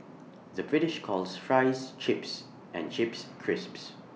the British calls Fries Chips and Chips Crisps